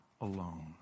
alone